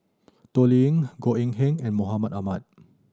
Toh Liying Goh Eng Han and Mahmud Ahmad